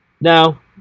Now